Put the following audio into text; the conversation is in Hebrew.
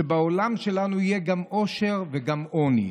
שבעולם שלנו יהיה גם עושר וגם עוני.